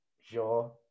Sure